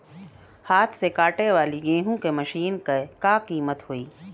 हाथ से कांटेवाली गेहूँ के मशीन क का कीमत होई?